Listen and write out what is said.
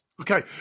Okay